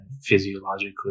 physiologically